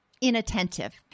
inattentive